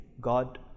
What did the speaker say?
God